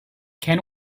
can